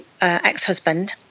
ex-husband